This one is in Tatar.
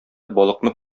балыкны